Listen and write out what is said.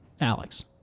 Alex